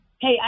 Hey